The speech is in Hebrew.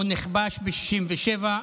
הוא נכבש ב-1967,